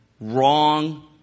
wrong